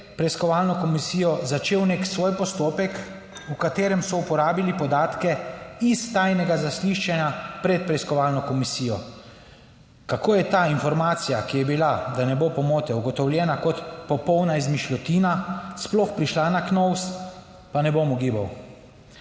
preiskovalno komisijo začel nek svoj postopek, v katerem so uporabili podatke iz tajnega zaslišanja pred preiskovalno komisijo. 77. TRAK: (SC) – 15.20 (nadaljevanje) Kako je ta informacija, ki je bila, da ne bo pomote, ugotovljena kot popolna izmišljotina, sploh prišla na KNOVS, pa ne bom ugibal.